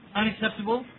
unacceptable